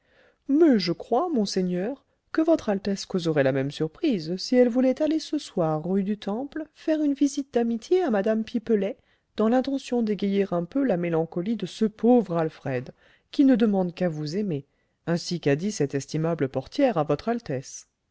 mais je crois monseigneur que votre altesse causerait la même surprise si elle voulait aller ce soir rue du temple faire une visite d'amitié à mme pipelet dans l'intention d'égayer un peu la mélancolie de ce pauvre alfred qui ne demande qu'à vous aimer ainsi qu'a dit cette estimable portière à votre altesse